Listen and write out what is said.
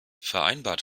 vereinbart